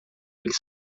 eles